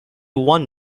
one